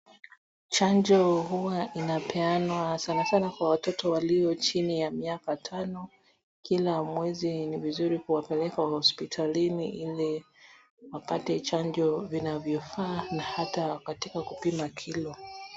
Chanjo huwa inapeanwa sanasana kwa watoto walio chini ya miaka tano. Kila mwezi ni vizuri kuwapeleka hospitalini ili wapate chanjo vinavyofaa na hata katika kupima kilo.